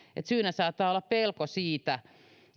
syynä saattaa olla pelko siitä